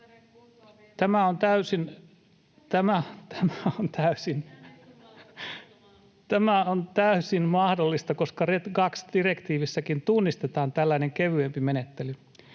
Tämä on täysin mahdollista, [Puhuja naurahtaa] koska RED II ‑direktiivissäkin tunnistetaan tällainen kevyempi menettely.